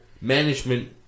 management